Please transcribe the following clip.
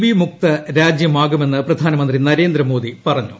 B മുക്ത രാജൃമാകുമെന്ന് പ്രധാന മന്ത്രി നരേന്ദ്രമോദി പറഞ്ഞു